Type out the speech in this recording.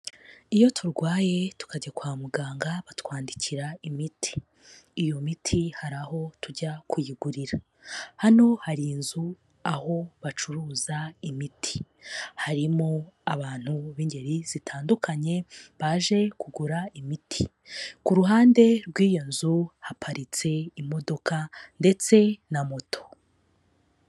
Iyo turwaye tukajya kwa muganga batwandikira imiti, iyo miti hari aho tujya kuyigurira, hano hari inzu aho bacuruza imiti, harimo abantu b'ingeri zitandukanye baje kugura imiti, ku ruhande rw'iyo nzu haparitse imodoka ndetse na moto.